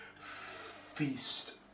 Feast